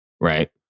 Right